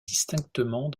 distinctement